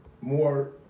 more